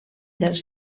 dels